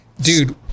dude